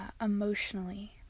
emotionally